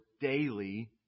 daily